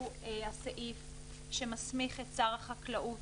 הוא הסעיף שמסמיך את שר החקלאות,